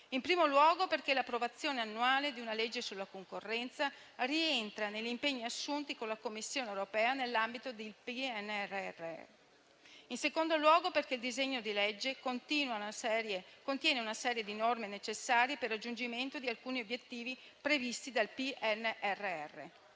In primo luogo perché l'approvazione annuale di una legge sulla concorrenza rientra negli impegni assunti con la Commissione europea nell'ambito del PNRR. In secondo luogo perché il disegno di legge contiene una serie di norme necessarie per il raggiungimento di alcuni obiettivi previsti dal PNRR.